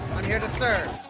i'm here to serve.